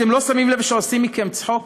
אתם לא שמים לב שעושים ממכם צחוק?